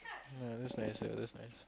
ya that's nice ah that's nice